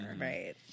right